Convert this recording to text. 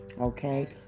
Okay